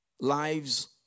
lives